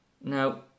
Now